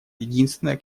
единственное